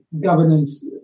governance